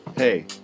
Hey